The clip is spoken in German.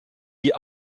die